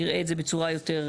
יראה את זה בצורה יותר,